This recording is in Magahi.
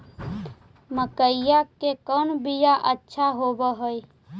मकईया के कौन बियाह अच्छा होव है?